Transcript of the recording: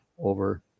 over